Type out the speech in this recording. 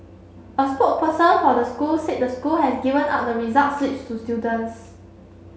a spokesperson for the school said the school has given out the results slips to students